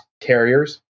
carriers